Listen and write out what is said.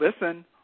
listen